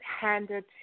handed